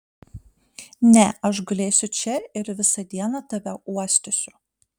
ne aš gulėsiu čia ir visą dieną tave uostysiu